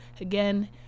again